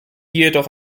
jedoch